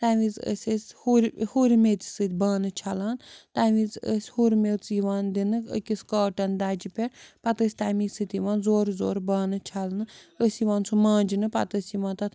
تَمہِ وِزِ ٲسۍ أسۍ ہُرۍ ہُرۍ میٚژِ سۭتۍ بانہٕ چھَلان تَمہِ وِزِ ٲسۍ ہُر میٚژ یِوان دِنہٕ أکِس کاٹَن دَجہِ پٮ۪ٹھ پَتہٕ ٲسۍ تَمی سۭتۍ یِوان زورٕ زورٕ بانہٕ چھَلنہٕ ٲسۍ یِوان سُہ مانٛجنہٕ پتہٕ ٲسۍ یِوان تتھ